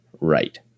right